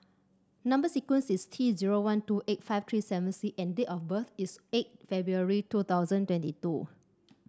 number sequence is T zero one two eight five three seven C and date of birth is eight February two thousand twenty two